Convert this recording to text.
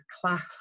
class